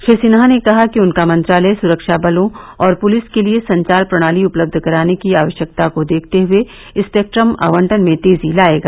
श्री सिन्हा ने कहा कि उनका मंत्रालय सुरक्षा बलों और पुलिस के लिए संचार प्रणाली उपलब्ध कराने की आवश्यकता को देखते हुए स्पेक्ट्रम आवंटन में तेजी लाएगा